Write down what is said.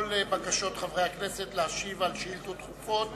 לכל בקשות חברי הכנסת להשיב על שאילתות דחופות